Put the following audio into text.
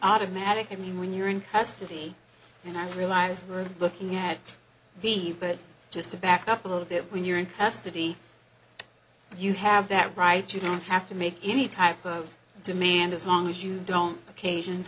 automatic i mean when you're in custody and i realize we're looking at b but just to back up a little bit when you're in custody you have that right you don't have to make any type of demand as long as you don't occasion